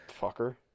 Fucker